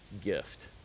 gift